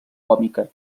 còmica